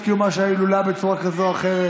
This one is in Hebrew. קיומה של ההילולה בצורה כזאת או אחרת,